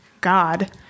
God